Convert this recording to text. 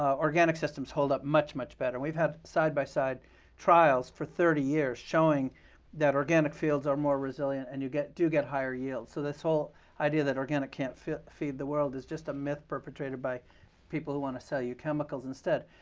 ah organic systems hold up much, much better. and we've had side by side trials for thirty years showing that organic fields are more resilient, and you do get higher yields. so this whole idea that organic can't feed feed the world is just a myth perpetrated by people who want to sell you chemicals instead,